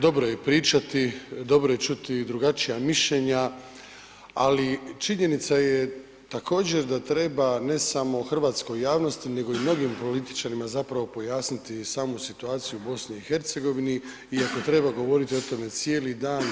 Dobro je pričati, dobro je čuti drugačija mišljenja, ali činjenica je također da treba ne samo hrvatskoj javnosti nego i mnogim političarima pojasniti samu situaciju u BiH i ako treba govoriti o tome cijeli dan.